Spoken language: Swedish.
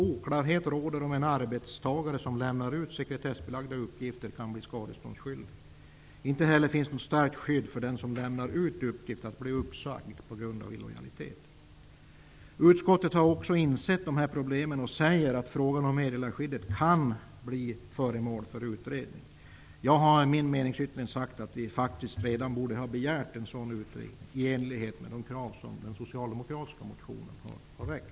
Oklarheter råder om huruvida en arbetstagare som lämnar ut sekretessbelagda uppgifter kan bli skadeståndsskyldig. Det finns inte heller något starkt skydd för den som lämnar ut uppgifter mot att bli uppsagd på grund av illojalitet. Utskottet har insett dessa problem och säger att frågan om meddelarskyddet kan bli föremål för utredning. I min meningsyttring har jag sagt att vi faktiskt redan borde ha begärt en sådan utredning i enlighet med kraven i den socialdemokratiska motionen.